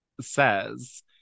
says